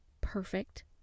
perfect